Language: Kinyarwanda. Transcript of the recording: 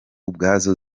ubwazo